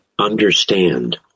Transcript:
understand